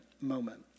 moment